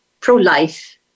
pro-life